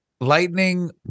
lightning